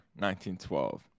1912